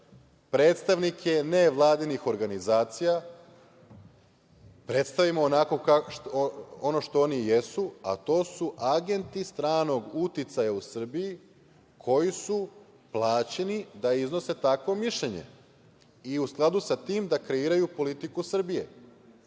predstavnike nevladinih organizacija predstavimo onakvim kakvim jesu, a to su agenti stranog uticaja u Srbiji, koji su plaćeni da iznose takvo mišljenje i u skladu sa tim da kreiraju politiku Srbije.